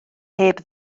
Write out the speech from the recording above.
heb